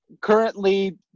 Currently